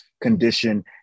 condition